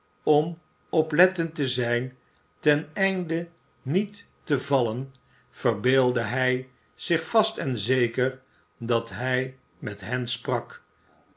om oplettend te zijn ten einde niet te vallen verbeeldde hij zich vast en zeker dat hij met hen sprak